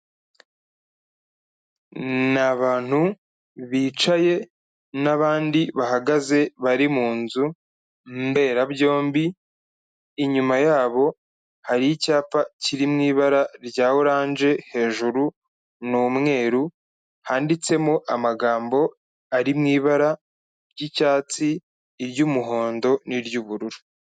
Ni abantu bicaye n'abandi bahagaze, bari mu nzu mbonerabyombi, inyuma yabo, hari icyapa kiri mu ibara rya oranje, hejuru ni umweru, handitsemo amagambo ari mui ibara ry'icyatsi, iry'umuhondo n'iry'ubururu.